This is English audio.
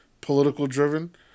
political-driven